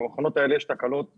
עם המכונות האלה יש תקלות רבות,